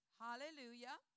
Hallelujah